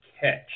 catch